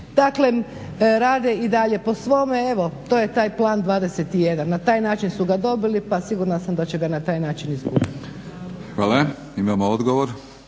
Daklem, rade i dalje po svome. Evo to je taj plan 21. Na taj način su ga dobili, pa sigurna sam da će ga na taj način i izgubiti. **Batinić, Milorad